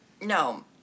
No